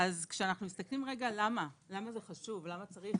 כשאנחנו מסתכלים למה זה חשוב, למה צריך